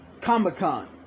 Comic-Con